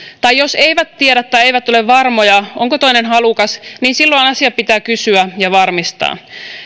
tai jos eivät tiedä tai eivät ole varmoja onko toinen halukas niin silloin asia pitää kysyä ja varmistaa